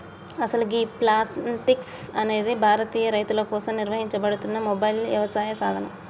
అసలు గీ ప్లాంటిక్స్ అనేది భారతీయ రైతుల కోసం నిర్వహించబడుతున్న మొబైల్ యవసాయ సాధనం